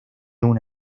una